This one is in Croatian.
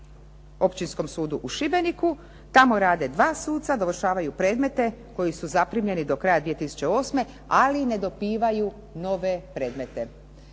Općinskom sudu u Šibeniku tamo rade dva suca, dovršavaju predmete koji su zaprimljeni do kraja 2008. ali ne dobivaju nove predmete.